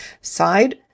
side